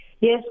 Yes